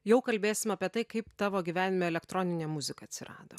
jau kalbėsim apie tai kaip tavo gyvenime elektroninė muzika atsirado